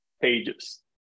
pages